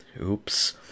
Oops